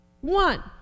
One